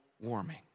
warming